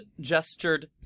gestured